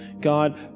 God